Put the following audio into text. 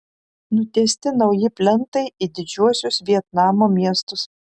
nutiesti nauji plentai į didžiuosius vietnamo miestus